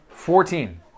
Fourteen